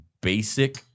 basic